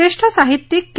ज्येष्ठ साहित्यिक के